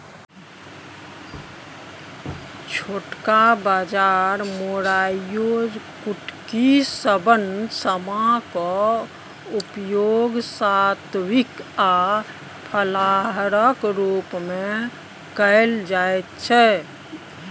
छोटका बाजरा मोराइयो कुटकी शवन समा क उपयोग सात्विक आ फलाहारक रूप मे कैल जाइत छै